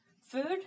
food